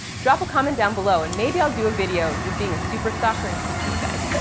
drop a comment down below and maybe i'll do a video just being a super stalker and teaching you guys.